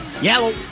Yellow